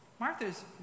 Martha's